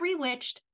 rewitched